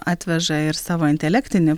atveža ir savo intelektinį